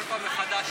כל פעם מחדש,